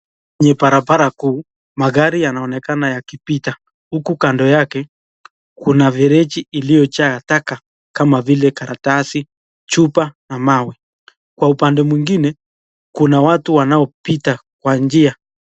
Barabara kuu magari yanaonekana yakipita huku kando yake kuna mfereji iliyojaa taka kama vile: karatasi, chupa na mawe. Kwa upande mwingine kuna watu wanaopita kwa njia.